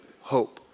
Hope